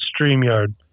StreamYard